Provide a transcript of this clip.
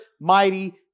mighty